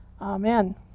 Amen